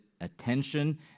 attention